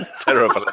Terrible